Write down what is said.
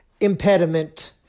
impediment